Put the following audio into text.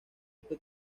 este